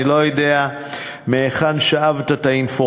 אני לא יודע מהיכן שאבת את האינפורמציה,